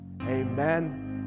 amen